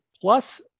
plus